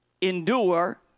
Endure